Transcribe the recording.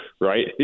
right